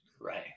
Right